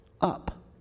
up